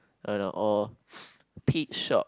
uh no or pit shop